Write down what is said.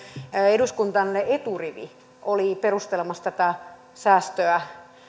eduskuntaryhmänne eturivi oli perustelemassa tätä säästöä